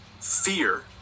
fear